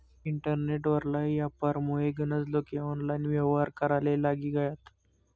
internet वरला यापारमुये गनज लोके ऑनलाईन येव्हार कराले लागी गयात